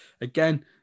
again